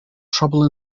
trouble